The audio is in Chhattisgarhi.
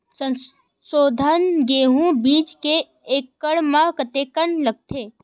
संसोधित गेहूं बीज एक एकड़ म कतेकन लगथे?